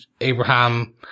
Abraham